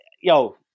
Yo